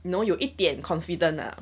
know 有一点 confident lah